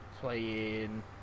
playing